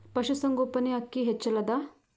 ಪಶುಸಂಗೋಪನೆ ಅಕ್ಕಿ ಹೆಚ್ಚೆಲದಾ?